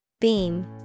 Beam